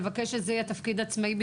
צריך לבקש שזה יהיה תפקיד עצמאי,